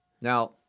Now